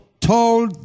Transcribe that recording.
told